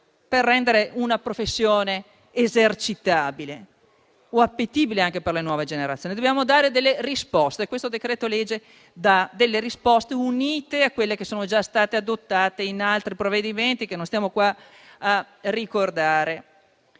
per rendere una professione esercitabile o appetibile per le nuove generazioni. Dobbiamo dare delle risposte e questo decreto-legge dà delle risposte che si uniscono a quelle già adottate in altri provvedimenti che ora non ricorderò,